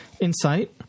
insight